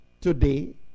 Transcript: today